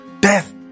death